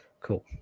Cool